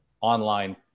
online